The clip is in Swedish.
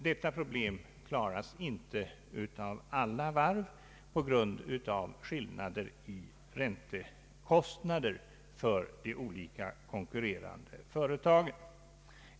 Detta problem klaras inte av alla varv, på grund av skillnaderna i räntekostnader för de olika konkurrerande företagen.